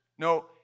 No